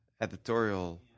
editorial